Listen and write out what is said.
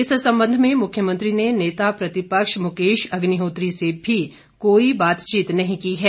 इस संबंध में मुख्यमंत्री ने नेता प्रतिपक्ष मुकेश अग्निहोत्री से भी कोई बातचीत नहीं की है